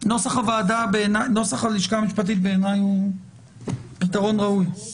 נוסח הלשכה המשפטית הוא פתרון ראוי, בעיניי.